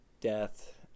death